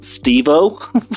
steve-o